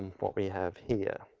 what we have here.